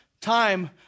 time